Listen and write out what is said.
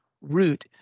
root